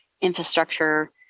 infrastructure